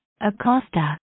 Acosta